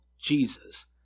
Jesus